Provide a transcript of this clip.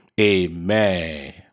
Amen